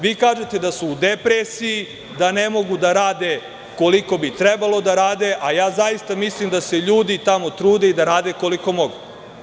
Vi kažete da su u depresiji, da ne mogu da rade koliko bi trebalo da rade, a ja zaista mislim da se ljudi tamo trude i da rade koliko mogu.